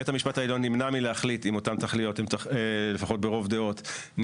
בית המשפט העליון, לפחות ברוב דעות,